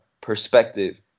perspective